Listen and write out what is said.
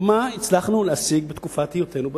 מה הצלחנו להשיג בתקופת היותנו בממשלה?